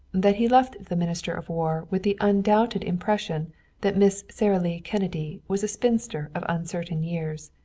that he left the minister of war with the undoubted impression that miss sara lee kennedy was a spinster of uncertain years.